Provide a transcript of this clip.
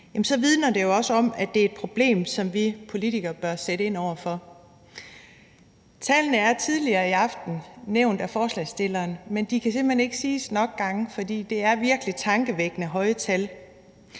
vidner det jo også om, at det er et problem, som vi politikere bør sætte ind over for. Tallene er tidligere i aften blevet nævnt af ordføreren for forslagsstillerne, men de kan simpelt hen ikke siges nok gange, for det er virkelig tankevækkende høje tal.